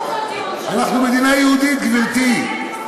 אנחנו מדינה יהודית, גברתי.